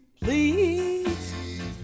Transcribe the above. please